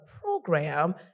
program